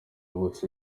bose